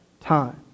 time